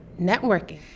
networking